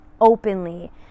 openly